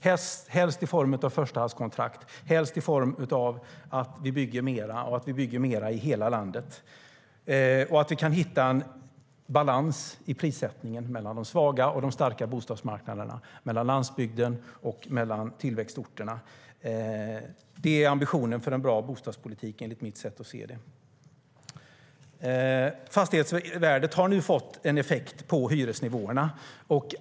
Helst ska det vara i form av förstahandskontrakt och i form av att vi bygger mer - i hela landet. Vi ska hitta en balans i prissättningen mellan de svaga och de starka bostadsmarknaderna, mellan landsbygden och tillväxtorterna. Det är ambitionen för en bra bostadspolitik, enligt mitt sätt att se det. Fastighetsvärdet har nu fått en effekt på hyresnivåerna.